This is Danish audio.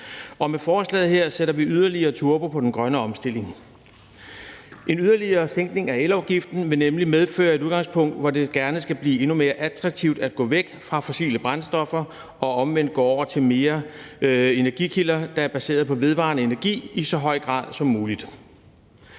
Og med forslaget her sætter vi yderligere turbo på den grønne omstilling. En yderligere sænkning af elafgiften vil nemlig medføre et udgangspunkt, hvor det gerne skal blive endnu mere attraktivt at gå væk fra fossile brændstoffer og omvendt gå mere over til energikilder, der er baseret på vedvarende energi, i så høj grad som muligt.